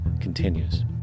continues